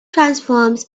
transforms